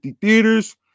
theaters